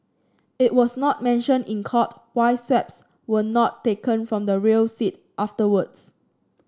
it was not mentioned in court why swabs were not taken from the rear seat afterwards